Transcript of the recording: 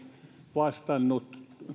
vastannut